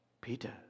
Peter